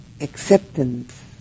acceptance